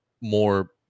more